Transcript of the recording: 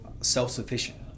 self-sufficient